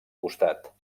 costat